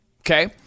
Okay